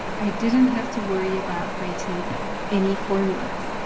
i didn't have to worry about writing any formulas.